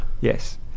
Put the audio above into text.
Yes